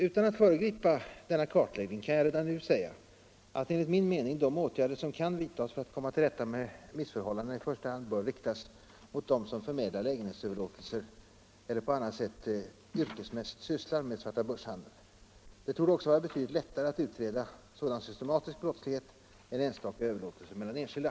Utan att föregripa denna kartläggning kan jag redan nu säga att enligt min mening de åtgärder som kan vidtas för att komma till rätta med missförhållandena i första hand bör riktas mot dem som förmedlar lägenhetsöverlåtelser eller på annat sätt yrkesmässigt sysslar med svartabörshandeln. Det torde också vara betydligt lättare att utreda sådan systematisk brottslighet än enstaka överlåtelser mellan enskilda.